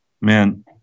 Man